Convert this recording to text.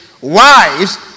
wives